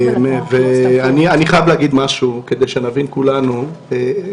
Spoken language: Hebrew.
אני רוצה להגיד משהו, כדי שנבין את התחושה.